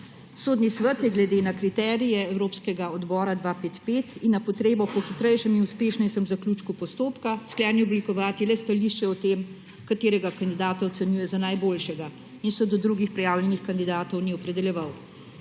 Sodni svet je glede na kriterije Evropskega odbora 255 in na potrebo po hitrejšem in uspešnejšem zaključku postopka sklenil oblikovati le stališče o tem, katerega kandidata ocenjuje za najboljšega, in se do drugih kandidatov ni opredeljeval.